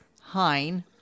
Hein